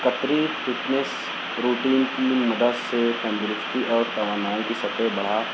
کپری fitness protein کی مدد سے تندرستی اور توانائی کی سطح بڑھا